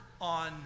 on